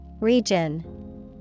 Region